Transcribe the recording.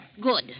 Good